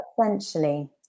essentially